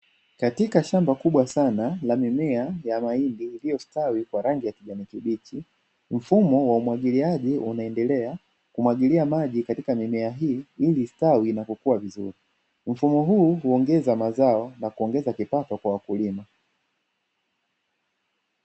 Katika shamba kubwa sana la mimea ya mahindi iliyostawi kwa rangi ya kijani kibichi, mfumo wa umwagiliaji unaendelea kumwagilia maji katika mimea hii ili istawi na kukua vizuri, mfumo huu huongeza mazao na kuongeza kipato kwa wakulima.